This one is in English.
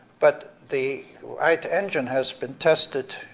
but the wright engine has been tested,